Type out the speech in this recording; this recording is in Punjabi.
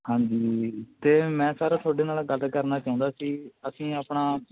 ਹਾਂਜੀ ਅਤੇ ਮੈਂ ਸਰ ਤੁਹਾਡੇ ਨਾਲ ਗੱਲ ਕਰਨਾ ਚਾਹੁੰਦਾ ਸੀ ਅਸੀਂ ਆਪਣਾ